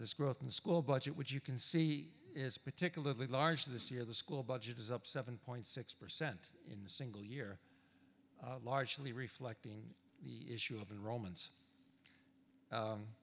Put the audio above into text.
this growth in school budget which you can see is particularly large this year the school budget is up seven point six percent in the single year largely reflecting the issue of in romans